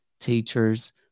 teachers